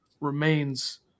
remains